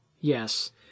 Yes